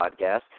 podcast